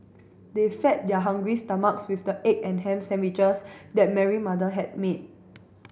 they fed their hungry stomachs with the egg and ham sandwiches that Mary mother had made